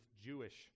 Jewish